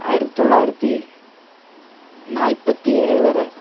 ആയിരത്തി തൊള്ളായിരത്തി നാൽപ്പത്തിയേഴ് വരെ